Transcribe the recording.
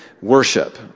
Worship